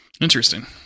Interesting